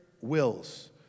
wills